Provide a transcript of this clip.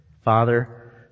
Father